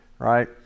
Right